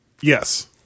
Yes